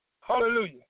Hallelujah